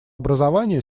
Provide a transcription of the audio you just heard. образования